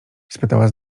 spytała